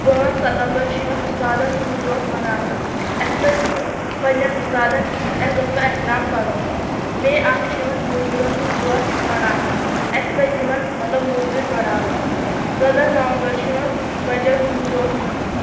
پانٛژھ ستَمبر چھُ یِوان اُستادَن ہنٛد دۄہ مَناونہٕ اسہِ پَزِ ٲں پَننیٚن اُستادَن عزت و احترام کَرُن مٔیی اکھ چھُ یِوان مزوٗرَن ہُند دۄہ مَناونہٕ اسہِ پَزِ یِمَن مطلب مزوٗرۍ بَڑھاوٕنۍ ژۄدہ نَومبر چھُ یِوان بَچَن ہُنٛد دۄہ مَناونہٕ